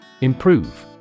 Improve